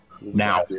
now